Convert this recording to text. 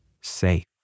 safe